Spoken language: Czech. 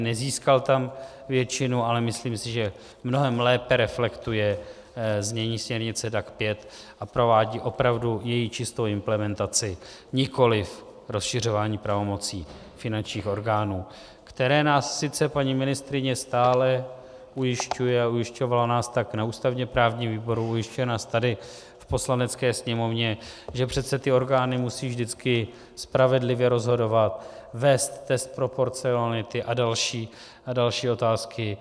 Nezískal tam většinu, ale myslím si, že mnohem lépe reflektuje znění směrnice DAC 5 a provádí opravdu její čistou implementaci, nikoliv rozšiřování pravomocí finančních orgánů, o kterých nás sice paní ministryně stále ujišťuje, a ujišťovala nás tak na ústavněprávním výboru, ujišťuje nás tady v Poslanecké sněmovně, že přece ty orgány musí vždycky spravedlivě rozhodovat, vést test proporcionality a další otázky.